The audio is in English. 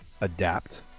adapt